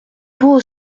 beau